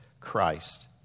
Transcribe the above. Christ